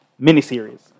miniseries